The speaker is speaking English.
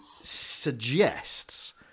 suggests